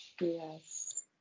Yes